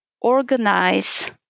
organize